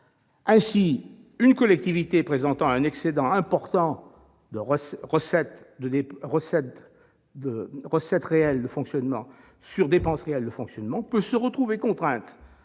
Ainsi, une collectivité présentant un excédent important de ses recettes réelles de fonctionnement sur ses dépenses réelles de fonctionnement peut se trouver contrainte,